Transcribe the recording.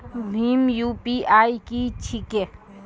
भीम UPI की छीके?